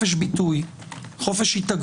שיפוטית שכל גורם שבידו סמכות שפיטה על פי דין